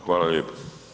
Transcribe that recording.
Hvala lijepo.